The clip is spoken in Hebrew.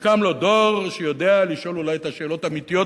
קם לו דור שיודע לשאול את השאלות האמיתיות,